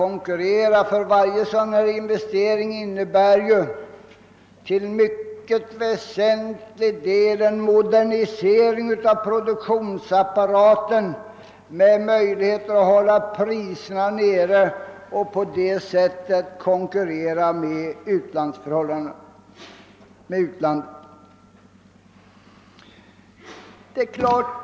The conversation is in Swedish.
Varje investering innebär ju till mycket väsentlig del att produktionsapparaten moderniseras och att möjligheter därmed skapas att hålla priserna nere och konkurrera med utlandet.